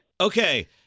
Okay